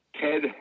Ted